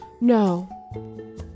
no